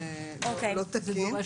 זה דורש